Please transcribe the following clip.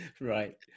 Right